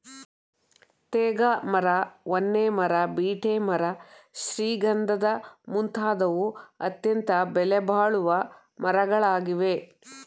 ತೇಗ ಮರ, ಹೊನ್ನೆ ಮರ, ಬೀಟೆ ಮರ ಶ್ರೀಗಂಧದ ಮುಂತಾದವು ಅತ್ಯಂತ ಬೆಲೆಬಾಳುವ ಮರಗಳಾಗಿವೆ